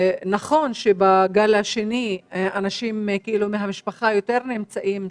נכון שבגל השני אנשים מהמשפחה יותר נמצאים שם,